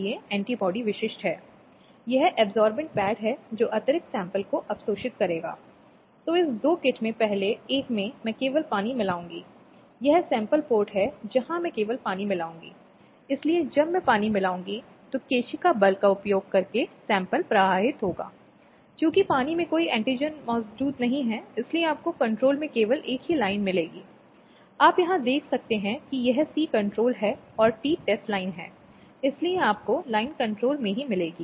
संदर्भ स्लाइड समय 1336 अब एक बार जब हमने घरेलू हिंसा के मुद्दे को समझ लिया है समस्याओं में से एक जो घर के भीतर महिलाओं का सामना करती है उनके बाद से यह विशेष मॉड्यूल घरेलू हिंसा के विभिन्न पहलुओं पर गौर करने की कोशिश करता है चाहे वह परिवार के भीतर हो या उससे परे